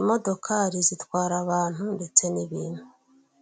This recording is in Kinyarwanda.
Imodokari zitwara abantu ndetse n'ibintu,